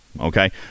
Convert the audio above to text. Okay